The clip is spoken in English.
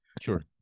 Sure